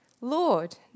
Lord